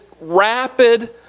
rapid